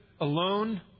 alone